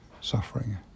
suffering